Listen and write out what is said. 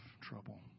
trouble